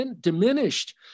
diminished